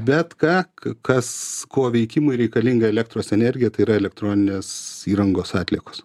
bet ką kas kuo veikimui reikalinga elektros energija tai yra elektroninės įrangos atliekos